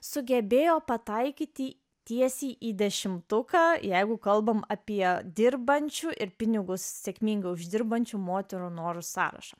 sugebėjo pataikyti tiesiai į dešimtuką jeigu kalbame apie dirbančių ir pinigus sėkmingai uždirbančių moterų norų sąrašą